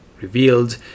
revealed